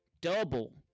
double